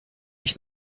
ich